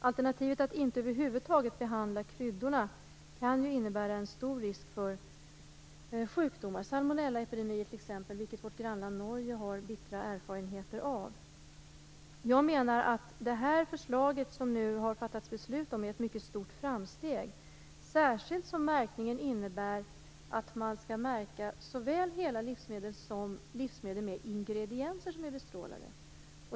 Alternativet att över huvud taget inte behandla kryddorna kan ju innebära en stor risk för sjukdomar, t.ex. salmonellaepidemier, vilket vårt grannland Norge har bittra erfarenheter av. Jag menar att det förslag som det nu har fattats beslut om är ett mycket stort framsteg, särskilt som märkningen innebär att man skall märka såväl hela livsmedel som livsmedel med ingredienser som är bestrålade.